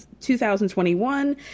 2021